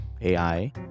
AI